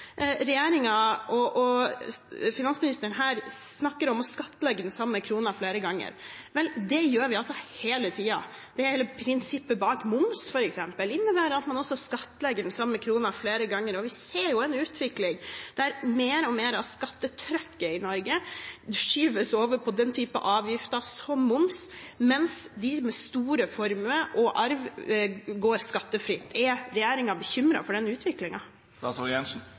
og finansministeren snakker om å skattlegge den samme kronen flere ganger. Vel, det gjør vi hele tiden. Det gjelder prinsippet bak moms f.eks., som innebærer at man også skattlegger den samme kronen flere ganger. Og vi ser en utvikling der mer og mer av skattetrykket i Norge skyves over på avgifter som moms, mens de med store formuer og arv går skattefritt. Er regjeringen bekymret for den